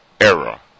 era